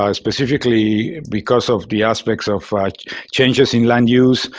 ah specifically because of the aspects of changes in land use,